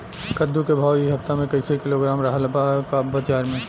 कद्दू के भाव इ हफ्ता मे कइसे किलोग्राम रहल ह बाज़ार मे?